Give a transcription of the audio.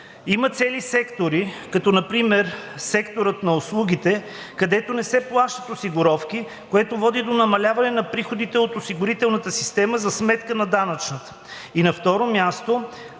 Има цели сектори, като например секторът на услугите, където не се плащат осигуровки, което води до намаляване на приходите от осигурителната система за сметка на данъчната. И на второ място,